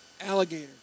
alligator